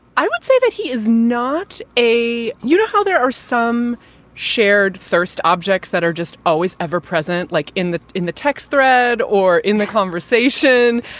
i would say that he is not a you know how there are some shared first objects that are just always ever present, like in the in the text thread or in the conversation?